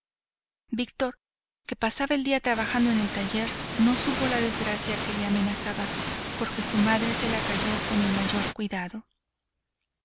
víctor que pasaba el día trabajando en el taller no supo la desgracia que le amenazaba porque su madre se la calló con el mayor cuidado